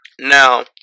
Now